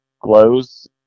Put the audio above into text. glows